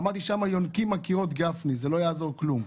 אמרתי ששם הקירות יונקים גפני, לא יעזור כלום.